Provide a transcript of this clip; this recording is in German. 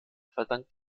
verdankt